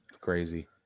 crazy